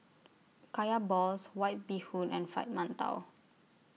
Kaya Balls White Bee Hoon and Fried mantou